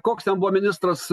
koks ten buvo ministras